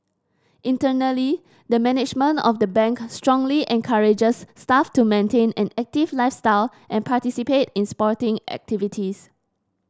internally the management of the Bank strongly encourages staff to maintain an active lifestyle and participate in sporting activities